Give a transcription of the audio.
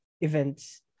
events